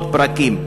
עוד פרקים.